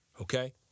okay